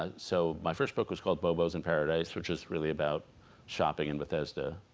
ah so my first book was called bobo's in paradise which was really about shopping in bethesda